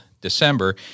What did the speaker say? December